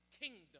kingdom